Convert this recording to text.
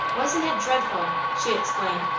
wasn't it dreadful! she exclaimed.